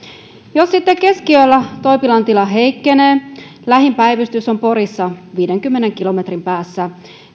jos sitten keskiyöllä toipilaan tila heikkenee lähin päivystys on porissa viidenkymmenen kilometrin päässä